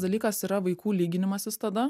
dalykas yra vaikų lyginimasis tada